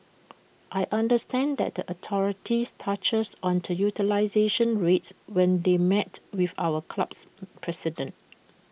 I understand that the authorities touched on utilisation rates when they met with our club's president